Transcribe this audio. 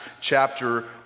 chapter